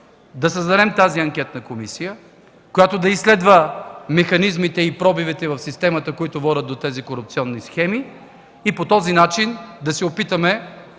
да създадем анкетна комисия, която да изследва механизмите и пробивите в системата, които водят до тези корупционни схеми, и по този начин да се опитаме